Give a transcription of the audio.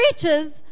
preaches